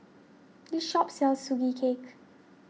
this shop sells Sugee Cake